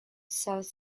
south